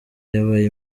yabaye